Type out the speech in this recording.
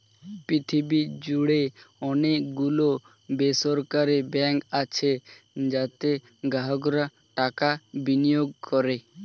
পৃথিবী জুড়ে অনেক গুলো বেসরকারি ব্যাঙ্ক আছে যাতে গ্রাহকরা টাকা বিনিয়োগ করে